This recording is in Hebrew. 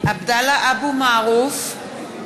עבדאללה אבו מערוף,